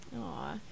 Aw